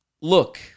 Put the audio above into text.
Look